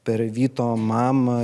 per vyto mama